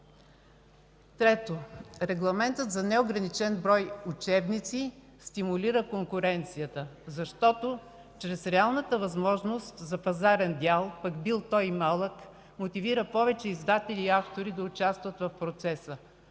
Трето, регламентът за неограничен брой учебници стимулира конкуренцията, защото реалната възможност за пазарен дял, пък бил той и малък, мотивира повече издатели и автори да участват в процеса,